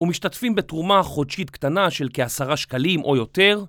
ומשתתפים בתרומה חודשית קטנה של כעשרה שקלים או יותר